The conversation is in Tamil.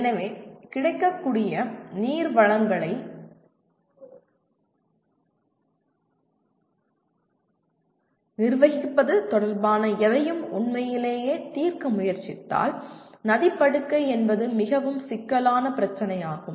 எனவே கிடைக்கக்கூடிய நீர்வளங்களை நிர்வகிப்பது தொடர்பான எதையும் உண்மையிலேயே தீர்க்க முயற்சித்தால் நதிப் படுகை என்பது மிகவும் சிக்கலான பிரச்சினையாகும்